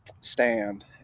stand